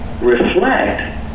reflect